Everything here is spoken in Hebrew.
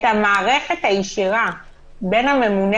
אני מעורבת --- את המערכת הישירה בין הממונה